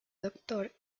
doctor